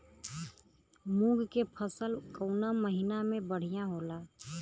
मुँग के फसल कउना महिना में बढ़ियां होला?